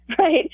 Right